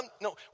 No